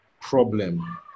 problem